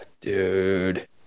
Dude